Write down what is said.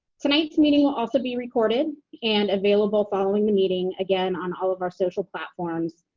tonight's meeting will also be recorded and available following the meeting, again on all of our social platforms,